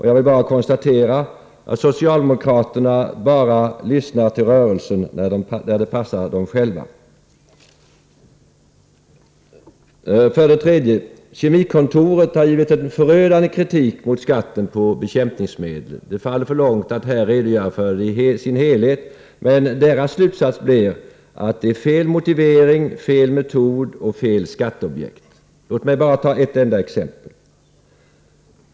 Jag vill emellertid konstatera att socialdemokraterna lyssnar till rörelsen bara när det passar dem själva. För det fjärde: Kemikontoret har riktat en förödande kritik mot skatten på bekämpningsmedel. Det faller för långt att här redogöra för den kritiken i dess helhet, men Kemikontorets slutsats blev att det är fel motivering, fel metod och fel skatteobjekt. Låt mig ta ett enda exempel.